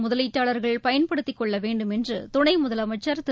முதலீட்டாளர்கள் பயன்படுத்திக்கொள்ள வேண்டும் என்று துணை முதலமைச்ச் திரு